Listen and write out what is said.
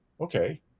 Okay